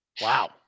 Wow